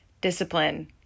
discipline